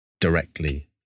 directly